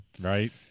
Right